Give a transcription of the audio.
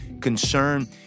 concern